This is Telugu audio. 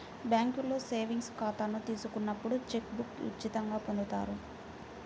బ్యేంకులో సేవింగ్స్ ఖాతాను తీసుకున్నప్పుడు చెక్ బుక్ను ఉచితంగా పొందుతారు